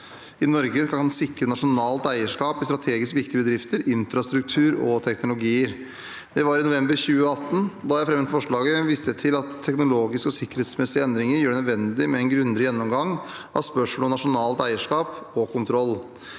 i Norge kan sikre nasjonalt eierskap i strategisk viktige bedrifter, infrastruktur og teknologier. Det var i november 2018. Da jeg fremmet forslaget, viste jeg til at teknologiske og sikkerhetsmessige endringer gjør det nødvendig med en grundigere gjennomgang av spørsmål om nasjonalt eierskap og kontroll.